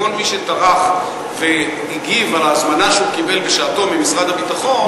כל מי שטרח והגיב על ההזמנה שהוא קיבל בשעתו ממשרד הביטחון,